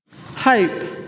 Hope